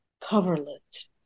coverlet